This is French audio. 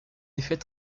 effet